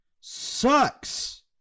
sucks